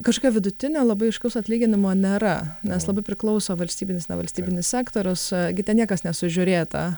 kažkokio vidutinio labai aiškaus atlyginimo nėra nes labai priklauso valstybinis nevalstybinis sektorius gi ten niekas nesužiūrėta